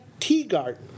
Teagarden